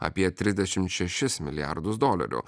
apie trisdešimt šešis milijardus dolerių